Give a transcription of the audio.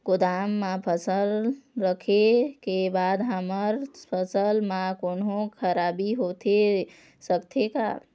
गोदाम मा फसल रखें के बाद हमर फसल मा कोन्हों खराबी होथे सकथे का?